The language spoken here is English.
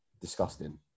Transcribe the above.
disgusting